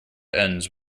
ends